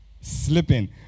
Slipping